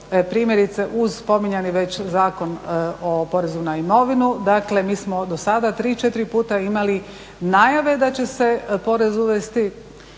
primjerice uz spominjani već Zakon o porezu na imovinu, dakle mi smo do sada 3, 4 puta imali najave da će se porez uvesti